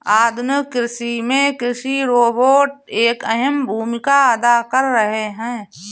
आधुनिक कृषि में कृषि रोबोट एक अहम भूमिका अदा कर रहे हैं